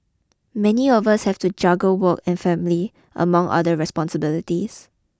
many of us have to juggle work and family among other responsibilities